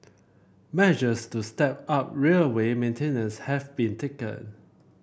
measures to step up railway maintenance have been taken